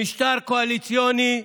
במשטר קואליציוני,